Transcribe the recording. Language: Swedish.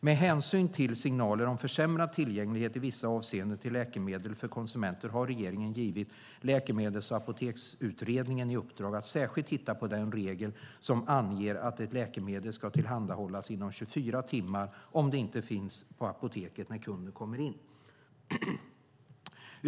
Med hänsyn till signaler om försämrad tillgänglighet i vissa avseenden till läkemedel för konsumenter har regeringen givit Läkemedels och apoteksutredningen i uppdrag att särskilt titta på den regel som anger att ett läkemedel ska tillhandahållas inom 24 timmar om det inte finns på apoteket när kunden kommer in.